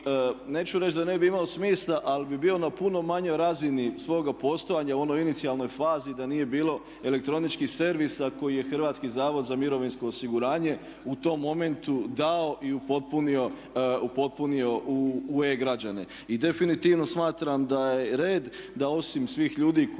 neću reći da ne bi imao smisla ali bi bio na puno manjoj razini svoga postojanja u onoj inicijalnoj fazi da nije bilo elektroničkih servisa koji je HZMO u tom momentu dao i upotpunio u e-građane. I definitivno smatram da je red da osim svih ljudi koji